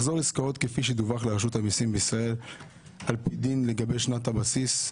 מחזור עסקאות כפי שדווח לרשות המיסים בישראל על פי דין לגבי שנת הבסיס,